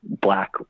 Black